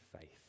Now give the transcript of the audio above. faith